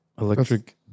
Electric